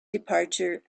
departure